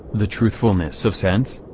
the truthfulness of sense?